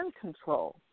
control